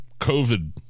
COVID